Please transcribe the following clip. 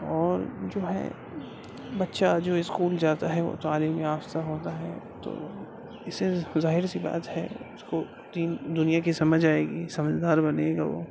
اور جو ہے بچہ جو اسکول جاتا ہے تعلیم یافتہ ہوتا ہے تو اسے ظاہر سی بات ہے اس کو دین دنیا کی سمجھ آئے گی سمجھدار بنے گا وہ